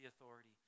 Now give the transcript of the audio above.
authority